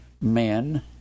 men